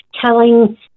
telling